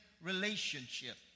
relationship